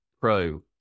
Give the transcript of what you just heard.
Pro